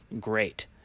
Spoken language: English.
great